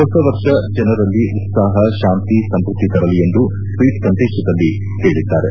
ಹೊಸ ವರ್ಷ ಜನರಲ್ಲಿ ಉತ್ಸಾಹ ಶಾಂತಿ ಸಮ್ಮದ್ದಿ ತರಲಿ ಎಂದು ಟ್ವಿಟ್ ಸಂದೇತದಲ್ಲಿ ಹೇಳಿದ್ದಾರೆ